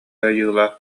айылаах